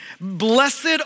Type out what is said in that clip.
Blessed